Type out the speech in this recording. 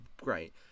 great